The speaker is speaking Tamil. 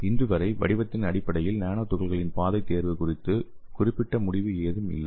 இன்றுவரை வடிவத்தின் அடிப்படையில் நானோ துகள்களின் பாதை தேர்வு குறித்து குறிப்பிட்ட முடிவு எதுவும் இல்லை